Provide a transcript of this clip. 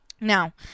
Now